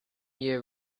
year